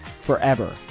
forever